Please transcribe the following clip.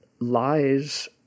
Lies